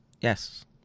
yes